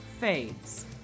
fades